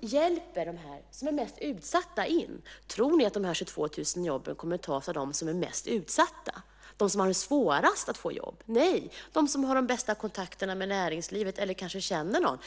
hjälper arbetsförmedlingarna dem som är mest utsatta att komma in på arbetsmarknaden. Tror ni att de 22 000 jobben kommer att tas av dem som är mest utsatta, av dem som har det svårast att få jobb? Nej, det är naturligtvis de som har de bästa kontakterna med näringslivet, de som kanske känner någon,